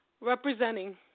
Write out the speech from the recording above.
representing